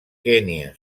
kenya